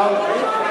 למה הוא לא,